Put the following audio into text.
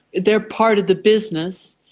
they are part of the business.